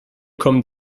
kommen